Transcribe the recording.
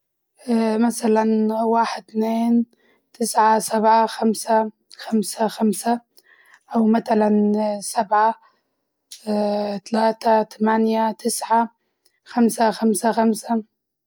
مسلاً واحد اثنين تسعة سبعة خمسة خمسة خمسة أو متلاً سبعة ثلاثة ثمانية تسعة خمسة خمسة خمسة.